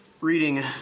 Reading